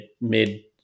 mid